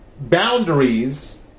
boundaries